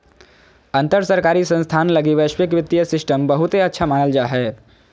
अंतर सरकारी संस्थान लगी वैश्विक वित्तीय सिस्टम बहुते अच्छा मानल जा हय